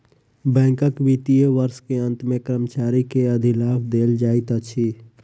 बैंकक वित्तीय वर्ष के अंत मे कर्मचारी के अधिलाभ देल जाइत अछि